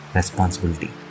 responsibility